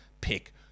pick